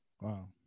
Wow